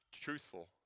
Truthful